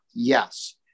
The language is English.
Yes